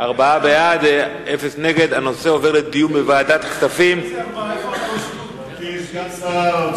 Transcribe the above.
ארבעה בעד, אין מתנגדים, אין נמנעים.